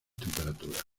temperaturas